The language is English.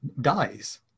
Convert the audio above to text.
dies